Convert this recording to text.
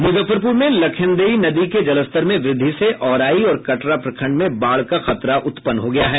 मुजफ्फरपुर में लखनदेई नदी के जलस्तर में वृद्धि से औराई और कटरा प्रखंड में बाढ़ का खतरा उत्पन्न हो गया है